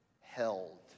held